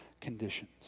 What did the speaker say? conditions